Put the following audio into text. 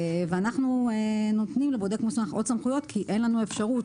אנחנו נותנים לבודק מוסמך עוד סמכויות כי אין לנו אפשרות,